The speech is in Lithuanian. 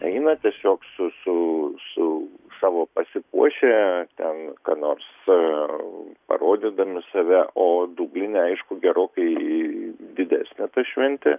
eina tiesiog su su su savo pasipuošę ten ką nors parodydami save o dubline aišku gerokai didesnė ta šventė